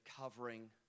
covering